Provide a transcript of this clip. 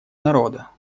народа